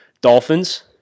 Dolphins